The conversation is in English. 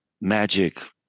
magic